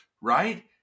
right